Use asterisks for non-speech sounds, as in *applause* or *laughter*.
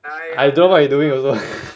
I don't what he doing also *laughs*